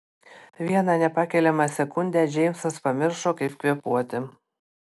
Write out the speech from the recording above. vieną nepakeliamą sekundę džeimsas pamiršo kaip kvėpuoti